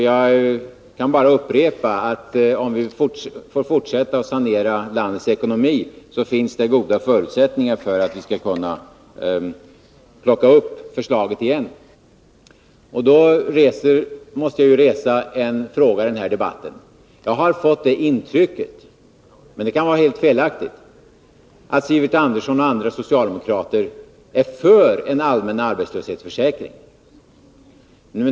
Jag kan bara upprepa att om vi får fortsätta att sanera landets ekonomi, finns det goda förutsättningar för att vi skall kunna plocka upp förslaget igen. Jag måste resa en fråga i denna debatt. Jag har fått det intrycket — men det kan vara helt felaktigt — att Sivert Andersson och andra socialdemokrater är för en allmän arbetslöshetsförsäkring.